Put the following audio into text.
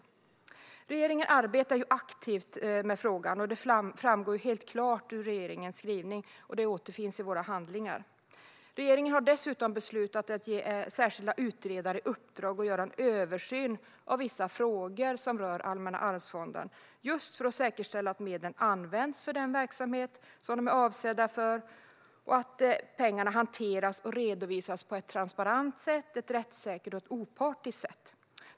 Redovisning av fördelning av medel från Allmänna arvsfonden under budgetåret 2016 Regeringen arbetar aktivt med frågan, och det framgår helt klart i regeringens skrivelse som återfinns i våra handlingar. Regeringen har dessutom beslutat att ge särskilda utredare i uppdrag att göra en översyn av vissa frågor som rör Allmänna arvsfonden, just för att säkerställa att medlen används för den verksamhet som de är avsedda för och att pengarna hanteras och redovisas på ett transparent, rättssäkert och opartiskt sätt.